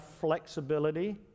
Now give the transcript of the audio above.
flexibility